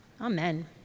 Amen